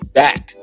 back